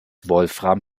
wolfram